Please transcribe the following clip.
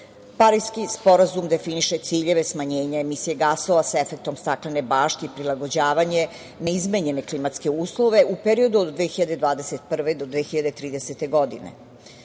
stepena. Pariski sporazum definiše ciljeve smanjenja emisije gasova sa efektom staklene bašte, prilagođavanje na izmenjene klimatske uslove u periodu od 2021. do 2030. godine.